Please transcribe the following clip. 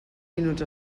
minuts